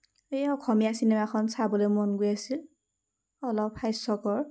এই অসমীয়া চিনেমা এখন চাবলৈ মন গৈ আছিল অলপ হাস্যকৰ